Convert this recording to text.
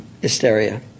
hysteria